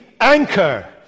anchor